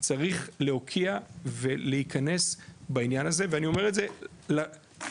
צריך להוקיע ולהיכנס בעניין הזה ואני אומר את זה לכם,